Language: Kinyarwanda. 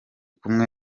kumwe